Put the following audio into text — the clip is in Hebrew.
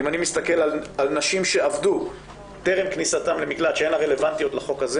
אם אני מסתכל על נשים שעבדו טרם כניסתן למקלט שהן הרלוונטיות לחוק הזה